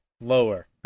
Lower